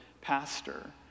pastor